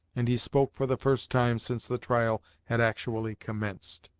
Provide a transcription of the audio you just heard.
and he spoke for the first time since the trial had actually commenced.